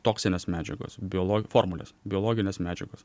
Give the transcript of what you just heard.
toksinės medžiagos biolo formulės biologinės medžiagos